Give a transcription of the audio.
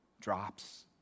drops